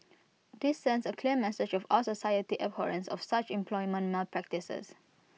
this sends A clear message of our society's abhorrence of such employment malpractices